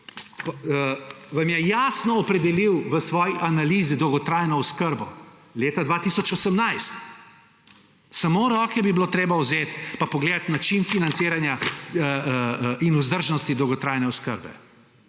vam je jasno opredelil v svoji analizi dolgotrajno oskrbo leta 2018. Samo v roke bi bilo treba vzeti pa pogledati način financiranja in vzdržnosti dolgotrajne oskrbe.